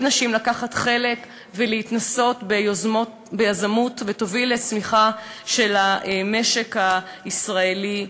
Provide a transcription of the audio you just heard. נשים לקחת חלק ולהתנסות ביזמות ותוביל לצמיחה של המשק הישראלי כולו.